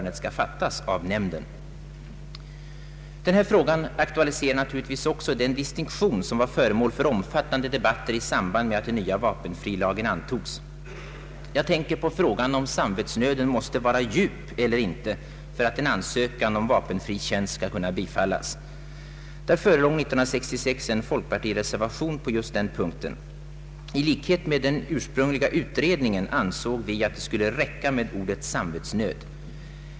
Denna fråga aktualiserar också den distinktion som var föremål för omfattande debatter i samband med att den nya vapenfrilagen antogs. Jag tänker på problemet om samvetsnöden måste vara djup eller inte för att en ansökan om vapenfri tjänst skall kunna bifallas. 1966 förelåg en folkpartireservation på just denna punkt. I likhet med den ursprungliga utredningen ansåg vi, att det skulle räcka med ordet ”samvetsnöd”.